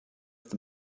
the